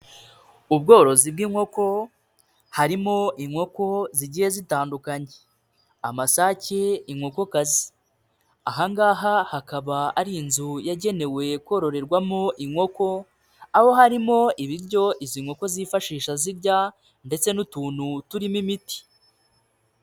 Ubworozi bw'inkoko harimo inkoko zigiye zitandukanye, Amasake, inkokokazi. Ahangaha hakaba ari inzu yagenewe kororerwamo inkoko, aho harimo ibiryo izi nkoko zifashisha zirya ndetse n'utuntu turimo imiti.